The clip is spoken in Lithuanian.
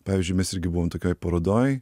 pavyzdžiui mes irgi buvom tokioj parodoj